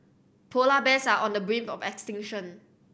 polar bears are on the brink of extinction